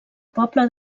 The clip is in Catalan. poble